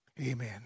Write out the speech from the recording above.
Amen